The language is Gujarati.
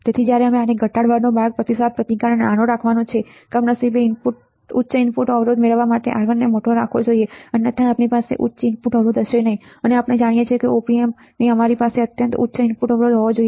તેથી જ્યારે આને ઘટાડવાનો માર્ગ પ્રતિસાદ પ્રતિકારને નાનો રાખવાનો છે કમનસીબે ઉચ્ચ ઇનપુટ અવરોધ મેળવવા માટે R1 નેમોટોરાખવો જોઈએ અન્યથા આપણી પાસે ઉચ્ચ ઇનપુટ અવરોધ હશે નહીં અને આપણે જાણીએ છીએ કે op amp અમારી પાસે અત્યંત ઉચ્ચ ઇનપુટ અવરોધ હોવો જોઈએ